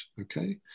okay